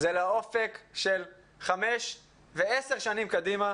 לאופק של חמש או עשר שנים קדימה.